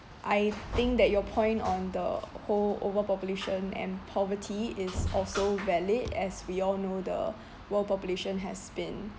I think that your point on the whole overpopulation and poverty is also valid as we all know the world population has been